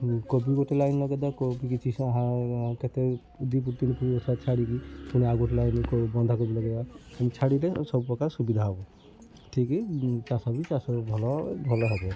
କୋବି ଗୋଟେ ଲାଇନ୍ ଲଗେଇଦବା କୋବି କିଛି କେତେ ଦୁଇ ଫୁଟ ତିନ ଫୁଟ ଛାଡ଼ିକି ପୁଣି ଆଉ ଗୋଟେ ଲାଇନ୍ରେ ବନ୍ଧାକୋବି ଲଗେଇବା ଛାଡ଼ିଲେ ସବୁପ୍ରକାର ସୁବିଧା ହବ ଠିକ୍ ଚାଷ ବି ଚାଷ ଭଲ ଭଲ ହେବ